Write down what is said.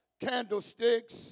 candlesticks